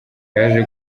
yaje